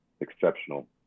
exceptional